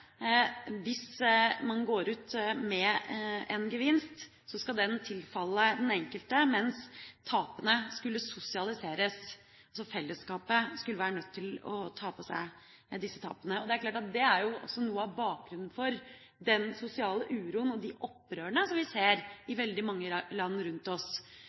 Hvis man går ut med en gevinst, skal den tilfalle den enkelte, mens tapene skal sosialiseres, altså fellesskapet skal være nødt til å ta på seg disse tapene. Det er klart at det også er noe av bakgrunnen for den sosiale uroen og de opprørene som vi ser i veldig mange land rundt oss.